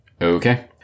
Okay